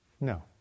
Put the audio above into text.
No